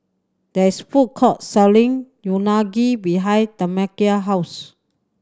there is a food court selling Unagi behind Tamekia's house